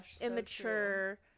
immature